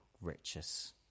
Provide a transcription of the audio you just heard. riches